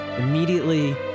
immediately